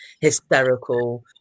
hysterical